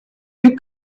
you